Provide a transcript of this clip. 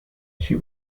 she